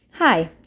Hi